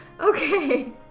Okay